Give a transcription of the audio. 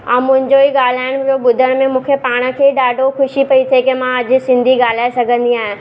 ऐं मुंहिंजो ई ॻालाइण हुयो ॿुधण में मूंखे पाण खे ई ॾाढो ख़ुशी पई थिए की मां अॼु सिंधी ॻाल्हाए सघंदी आहियां